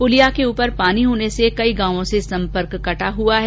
पुलिया ऊपर पानी होने से कई गांवों से सम्पर्क कटा हुआ है